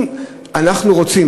אם אנחנו רוצים,